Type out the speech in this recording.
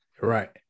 right